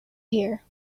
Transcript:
here